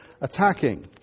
attacking